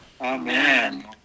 Amen